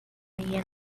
neon